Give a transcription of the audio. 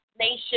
Nation